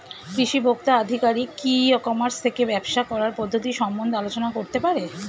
কৃষি ভোক্তা আধিকারিক কি ই কর্মাস থেকে ব্যবসা করার পদ্ধতি সম্বন্ধে আলোচনা করতে পারে?